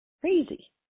Crazy